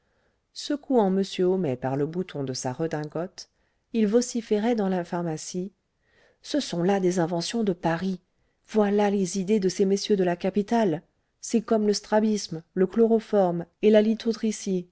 secouant m homais par le bouton de sa redingote il vociférait dans la pharmacie ce sont là des inventions de paris voilà les idées de ces messieurs de la capitale c'est comme le strabisme le chloroforme et la